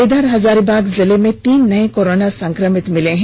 इधर हजारीबाग जिला में तीन नए कोरोना संक्रमित मिले हैं